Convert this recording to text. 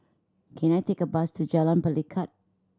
can I take a bus to Jalan Pelikat